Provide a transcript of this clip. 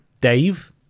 Dave